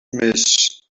més